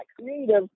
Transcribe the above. creative